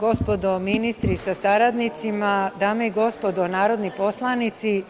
Gospodo ministri sa saradnicima, dame i gospodo narodni poslanici,